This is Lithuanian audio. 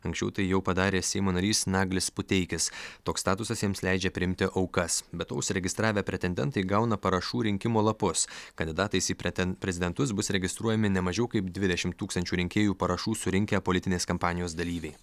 anksčiau tai jau padarė seimo narys naglis puteikis toks statusas jiems leidžia priimti aukas be to užsiregistravę pretendentai gauna parašų rinkimo lapus kandidatais į preten prezidentus bus registruojami ne mažiau kaip dvidešimt tūkstančių rinkėjų parašų surinkę politinės kampanijos dalyviai